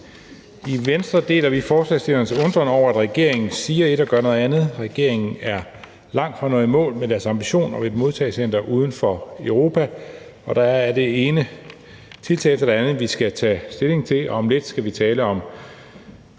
I Venstre deler vi forslagsstillernes undren over, at regeringen siger ét og gør noget andet. Regeringen er langt fra at nå i mål med deres ambition om et modtagecenter uden for Europa. Der er det ene tiltag efter det andet, som vi skal tage stilling til. Om lidt skal vi tale om